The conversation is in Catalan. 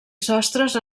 sostres